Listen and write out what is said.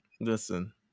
Listen